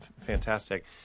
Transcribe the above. fantastic